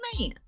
man